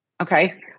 Okay